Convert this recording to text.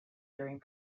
during